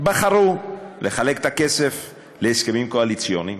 בחרו לחלק את הכסף להסכמים קואליציוניים,